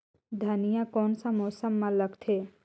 धनिया कोन सा मौसम मां लगथे?